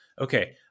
okay